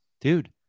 Dude